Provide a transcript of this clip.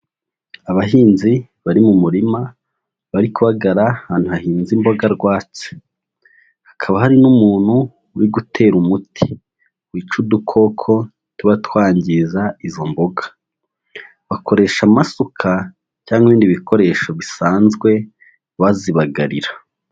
Abahinzi bari mu murima bari kubagara ahantu hahinze imboga rwatsi, hakaba hari n'umuntu uri gutera umuti, wica udukoko tuba twangiza izo mboga. Bakoresha amasuka cyangwa ibindi bikoresho bisanzwe bazibagarira.